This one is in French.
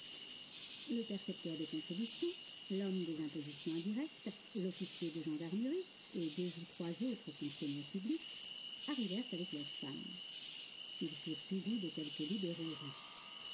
le percepteur des contributions l'homme des impositions indirectes l'officier de gendarmerie et deux ou trois autres fonctionnaires publics arrivèrent avec leurs femmes ils furent suivis de quelques libéraux riches